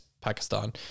Pakistan